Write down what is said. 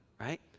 Right